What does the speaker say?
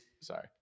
Sorry